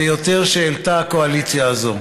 ביותר שהעלתה הקואליציה הזו,